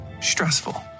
stressful